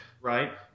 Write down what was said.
Right